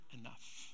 enough